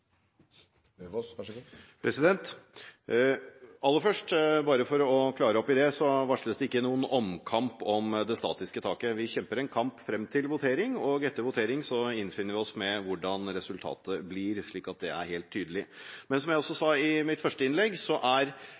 det, så varsles det ikke noen omkamp om det statiske taket. Vi kjemper en kamp frem til votering, og etter votering avfinner vi oss med det som blir resultatet – slik at det er helt tydelig. Som jeg sa i mitt første innlegg, er bransjen – som alle andre har pekt på også – i en så